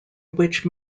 which